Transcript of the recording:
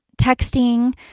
texting